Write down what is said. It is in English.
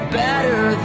better